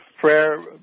Prayer